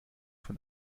von